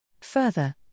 Further